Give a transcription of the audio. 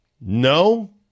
No